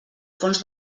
fons